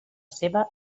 seva